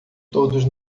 todos